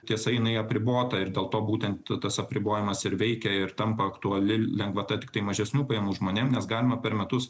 tiesa jinai apribota ir dėl to būtent tas apribojimas ir veikia ir tampa aktuali lengvata tiktai mažesnių pajamų žmonėms nes galima per metus